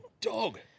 dog